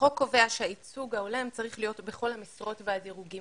החוק קבוע שהייצוג ההולם צריך להיות בכל המשרות והדירוגים